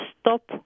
stop